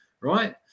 right